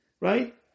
right